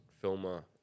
filmer